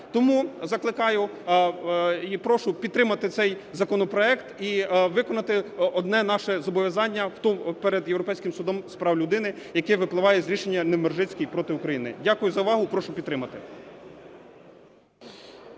Тому закликаю і прошу підтримати цей законопроект і виконати одне наше зобов'язання перед Європейським судом з прав людини, яке випливає із рішення "Невмержицький проти України". Дякую за увагу. Прошу підтримати.